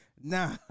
Nah